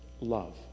love